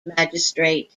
magistrate